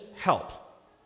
help